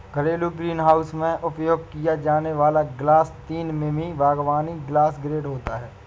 घरेलू ग्रीनहाउस में उपयोग किया जाने वाला ग्लास तीन मिमी बागवानी ग्लास ग्रेड होता है